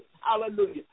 Hallelujah